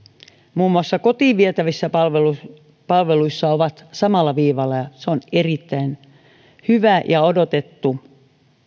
muun muassa kotiin vietävissä palveluissa palveluissa ovat samalla viivalla se on erittäin hyvä ja odotettu